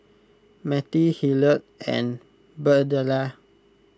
Mettie Hillard and Birdella